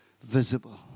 visible